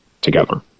together